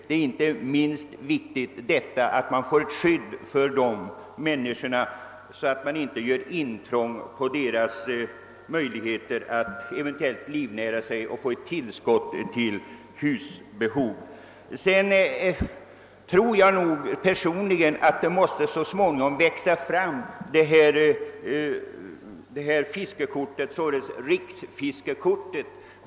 Det är inte minst viktigt att vi skapar ett skydd för dessa människor, så att det inte görs intrång på deras möjligheter att livnära sig eller få ett tillskott för husbehov. Personligen tror jag att det så småningom måste växa fram ett system med riksfiskekort.